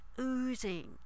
oozing